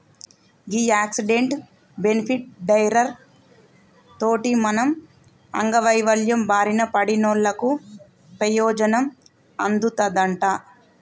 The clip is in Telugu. గీ యాక్సిడెంటు, బెనిఫిట్ రైడర్ తోటి మనం అంగవైవల్యం బారిన పడినోళ్ళకు పెయోజనం అందుతదంట